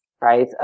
right